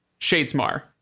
Shadesmar